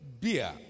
beer